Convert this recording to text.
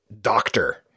Doctor